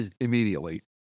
immediately